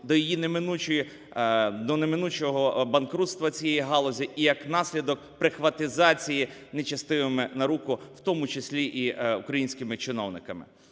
до неминучого банкрутства цієї галузі, і як наслідок, прихватизації нечестивими на руку, в тому числі і українськими чиновниками.